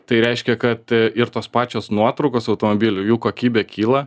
tai reiškia kad ir tos pačios nuotraukos automobilių jų kokybė kyla